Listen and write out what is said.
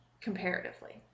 comparatively